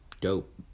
Dope